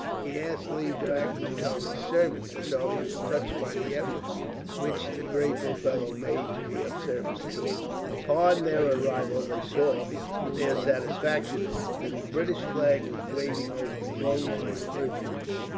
he asked leave to act as charlie's servant and charlie was touched by the efforts which the grateful fellow made to be of service to him. upon their arrival they saw, to their satisfaction, that the british flag was waving over the low line of earthworks,